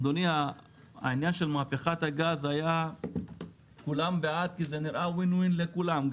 אדוני העניין של מהפכת הגז היה כולם בעד כי זה היה נראה win-win לכולם,